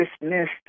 dismissed